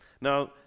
Now